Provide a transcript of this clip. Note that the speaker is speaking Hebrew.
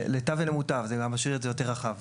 לטוב ולמוטב, זה גם משאיר את זה יותר רחב.